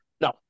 No